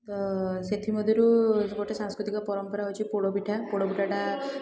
ତ ସେଥିମଧ୍ୟରୁ ଗୋଟେ ସାଂସ୍କୃତିକ ପରମ୍ପରା ଅଛି ପୋଡ଼ ପିଠା ପୋଡ଼ ପିଠାଟା